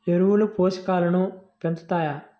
ఎరువులు పోషకాలను పెంచుతాయా?